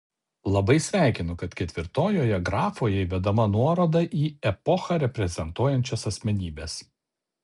labai sveikinu kad ketvirtojoje grafoje įvedama nuoroda į epochą reprezentuojančias asmenybes